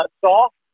soft